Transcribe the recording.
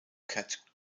cat